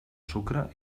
sucre